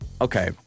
Okay